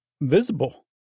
visible